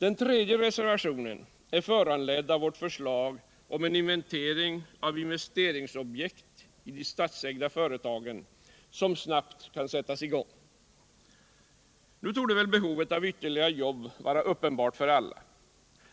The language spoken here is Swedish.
Den tredje reservationen är föranledd av vårt förslag om en inventering av investeringsobjekt som snabbt kan sättas i gång i de statsägda företagen. Nu torde väl behovet av ytterligare jobb vara uppenbart för alla.